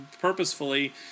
purposefully